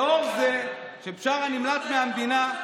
לאור זה שבשארה נמלט מהמדינה,